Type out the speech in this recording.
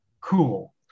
cool